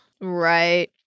Right